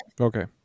Okay